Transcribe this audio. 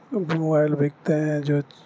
mobile بکتے ہیں جو